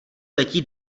letí